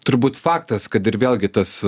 turbūt faktas kad ir vėlgi tas